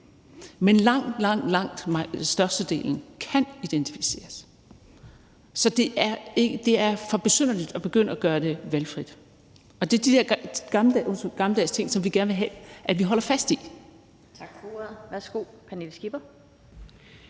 Men langt, langt størstedelen kan identificeres. Så det er for besynderligt at begynde at gøre det valgfrit, og det er de der gammeldags ting, som vi gerne vil have vi holder fast i.